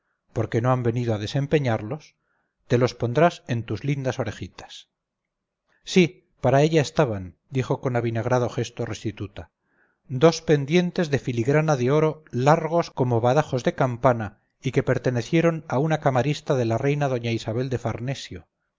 porque no han venido a desempeñarlos te los pondrás en tus lindas orejitas sí para ella estaban dijo con avinagrado gesto restituta dos pendientes de filigrana de oro largos como badajos de campana y que pertenecieron a una camarista de la reina doña isabel de farnesio